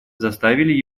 заставили